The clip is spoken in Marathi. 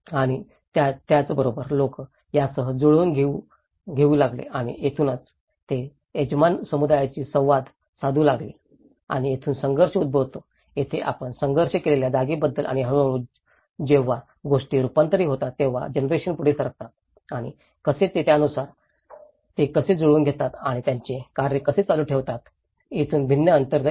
आणि त्याच बरोबर लोक यासह जुळवून घेऊ लागले आणि येथूनच ते यजमान समुदायाशी संवाद साधू लागतात आणि येथूनच संघर्ष उद्भवतो येथे आपण संघर्ष केलेल्या जागेबद्दल आणि हळूहळू जेव्हा गोष्टी रुपांतर होतात जेव्हा जनरेशन पुढे सरकतात आणि कसे ते त्यानुसार ते कसे जुळवून घेतात आणि ते त्यांचे कार्य कसे चालू ठेवतात जेथून भिन्न अंतर येते